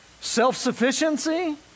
self-sufficiency